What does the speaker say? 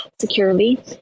securely